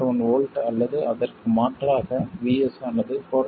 7 V அல்லது அதற்கு மாற்றாக VS ஆனது 4